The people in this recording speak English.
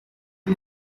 too